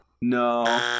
No